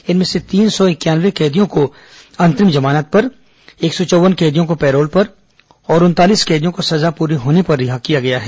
इनमें से तीन सौ इंक्यानवे कैदियों को अंतरिम जमानत पर एक सौ चौव्वन कैदियों को पैरोल पर और उनतालीस कैदियों को सजा पूरी होने पर रिहा किया गया है